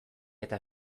eta